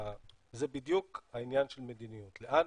זה בדיוק העניין של מדיניות, לאן